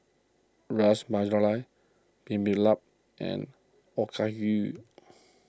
Ras Malai Bibimbap and Okayu